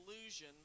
illusion